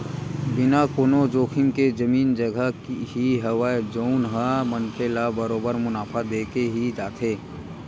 बिना कोनो जोखिम के जमीन जघा ही हवय जउन ह मनखे ल बरोबर मुनाफा देके ही जाथे